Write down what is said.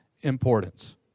importance